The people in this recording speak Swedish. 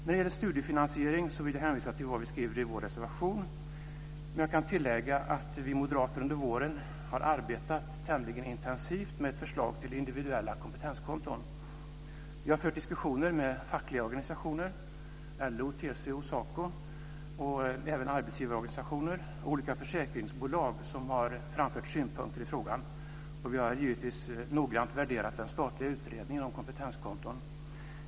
När det gäller studiefinansiering vill jag hänvisa till vad vi skriver i vår reservation, men jag kan tilllägga att vi moderater under våren har arbetat tämligen intensivt med ett förslag till individuella komptenskonton. Vi har fört diskussioner med fackliga organisationer, LO, TCO och SACO, och även med arbetsgivarorganisationer och olika försäkringsbolag som har framfört synpunkter i frågan. Och vi har givetvis noggrant värderat den statliga utredningen om kompetenskonton.